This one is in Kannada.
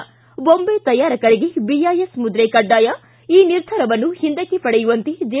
ಿ ಬೊಂಬೆ ತಯಾರಕರಿಗೆ ಬಿಐಎಸ್ ಮುದ್ರೆ ಕಡ್ಡಾಯ ಈ ನಿರ್ಧಾರವನ್ನು ಹಿಂದಕ್ಕೆ ಪಡೆಯುವಂತೆ ಜೆ